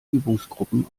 übungsgruppen